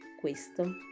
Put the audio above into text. questo